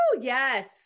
Yes